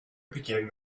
begin